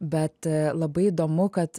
bet labai įdomu kad